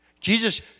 Jesus